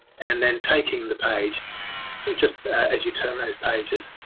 and then taking the page just as you turn those pages.